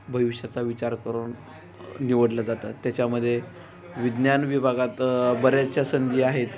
भविष्याचा विचार करून निवडलं जातात त्याच्यामध्ये विज्ञान विभागात बऱ्याचशा संधी आहेत